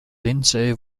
lindsay